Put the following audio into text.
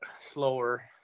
slower